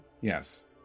Yes